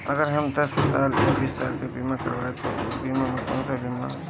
अगर हम दस साल या बिस साल के बिमा करबइम त ऊ बिमा कौन सा बिमा होई?